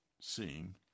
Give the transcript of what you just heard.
seeing